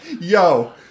Yo